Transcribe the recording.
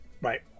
Right